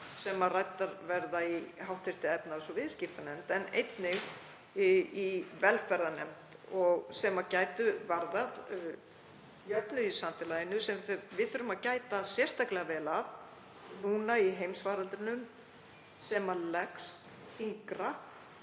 sem ræddir verða í hv. efnahags- og viðskiptanefnd en einnig í velferðarnefnd og gætu varðað jöfnuð í samfélaginu sem við þurfum að gæta sérstaklega vel að núna í heimsfaraldrinum, sem leggst þyngra